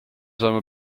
saama